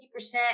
50%